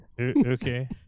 okay